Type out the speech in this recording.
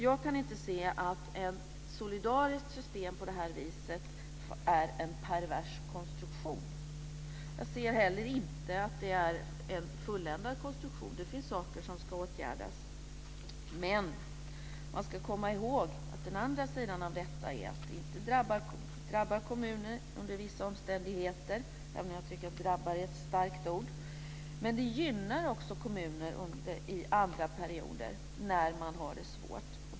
Jag kan inte se att ett solidariskt system är en pervers konstruktion. Jag ser inte heller att det är en fulländad konstruktion. Det finns saker som ska åtgärdas. Men den andra sidan av detta är att systemet inte drabbar kommuner under vissa omständigheter. Jag tycker att drabba är ett starkt ord. Men det gynnar kommuner under perioder när det är svårt.